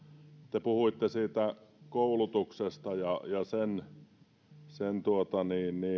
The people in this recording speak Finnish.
te puhuitte koulutuksesta ja